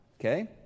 Okay